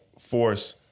force